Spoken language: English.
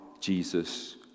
Jesus